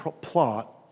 plot